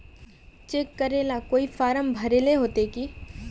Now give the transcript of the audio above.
Cheque करेला कोई form भरेले होते की?